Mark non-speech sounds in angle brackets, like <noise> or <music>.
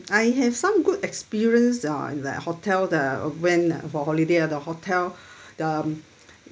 I have some good experience uh in the hotel the went leh for holiday ah the hotel <breath> the